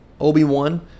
Obi-Wan